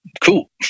cool